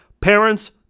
Parents